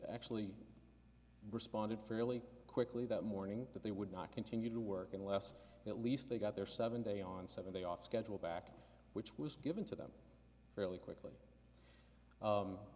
actually responded fairly quickly that morning that they would not continue to work unless at least they got their seven day on seven day off schedule back which was given to them fairly quickly